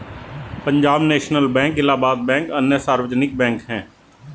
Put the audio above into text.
Punjab national bank Allahabad bank अन्य सार्वजनिक bank है